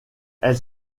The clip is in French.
elle